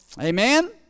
Amen